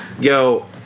Yo